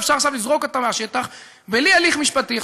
אפשר עכשיו לזרוק אותך מהשטח בלי הליך משפטי.